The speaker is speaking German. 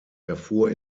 erfuhr